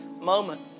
moment